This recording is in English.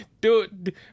dude